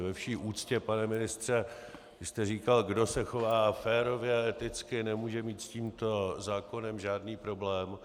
Ve vší úctě, pane ministře, vy jste říkal: kdo se chová férově a eticky, nemůže mít s tímto zákonem žádný problém.